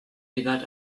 figured